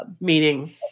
Meaning